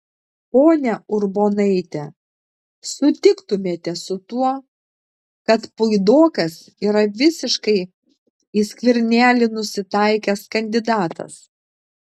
ponia urbonaite sutiktumėte su tuo kad puidokas yra visiškai į skvernelį nusitaikęs kandidatas